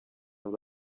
ngo